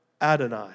Adonai